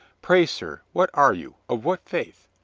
pray, sir, what are you? of what faith?